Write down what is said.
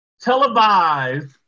televised